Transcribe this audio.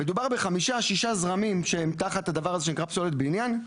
מדובר בחמישה-שישה זרמים שהם תחת הדבר הזה שנקרא פסולת בניין.